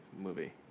movie